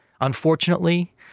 Unfortunately